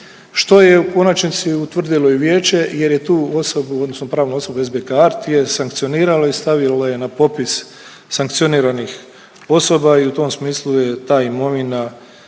što je u konačnici utvrdilo i Vijeće jer je tu osobu odnosno pravnu osobu SBK Art je sankcioniralo i stavilo je na popis sankcioniranih osoba i u tom smislu je ta imovina